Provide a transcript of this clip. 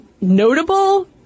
notable